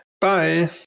bye